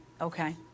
Okay